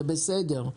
זה בסדר,